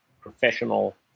professional